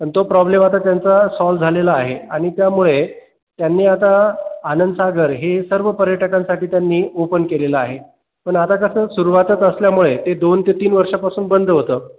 पण तो प्रॉब्लेम आता त्यांचा सॉल्व्ह झालेला आहे आणि त्यामुळे त्यांनी आता आनंदसागर हे सर्व पर्यटकांसाठी त्यांनी ओपन केलेलं आहे पण आता कसं सुरुवातच असल्यामुळे ते दोन ते तीन वर्षांपासून बंद होतं